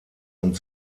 und